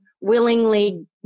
willingly